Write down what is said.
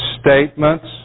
Statements